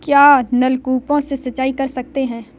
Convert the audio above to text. क्या नलकूप से सिंचाई कर सकते हैं?